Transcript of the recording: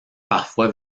parfois